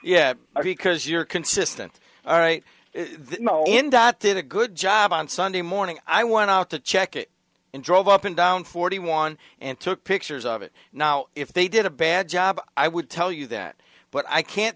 yeah because you're consistent all right did a good job on sunday morning i went out to check it and drove up and down forty one and took pictures of it now if they did a bad job i would tell you that but i can't